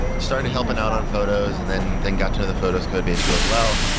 started helping out on photos and then then got to know the photos codebase really well.